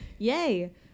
Yay